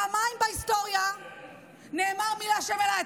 פעמיים בהיסטוריה נאמר "מי לה' אלי".